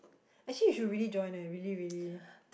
actually you should really join eh really really